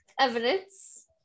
evidence